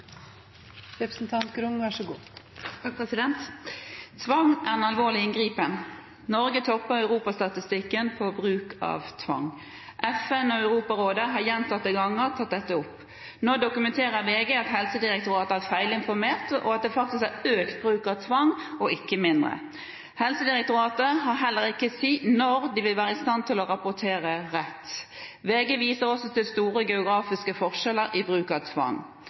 Europarådet har gjentatte ganger tatt dette opp. Nå dokumenterer VG at Helsedirektoratet har feilinformert, og at det faktisk er økt bruk av tvang og ikke mindre. Helsedirektoratet kan heller ikke si når de vil være i stand til å rapportere rett. VG viser også til store geografiske forskjeller i bruk av tvang.